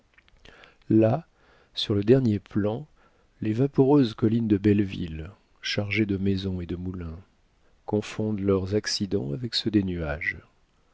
là sur le dernier plan les vaporeuses collines de belleville chargées de maisons et de moulins confondent leurs accidents avec ceux des nuages